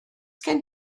gen